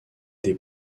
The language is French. des